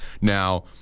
now